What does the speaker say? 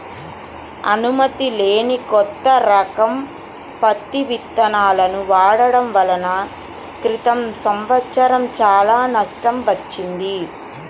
అనుమతి లేని కొత్త రకం పత్తి విత్తనాలను వాడటం వలన క్రితం సంవత్సరం చాలా నష్టం వచ్చింది